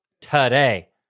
today